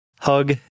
hug